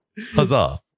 Huzzah